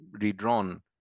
redrawn